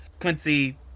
Quincy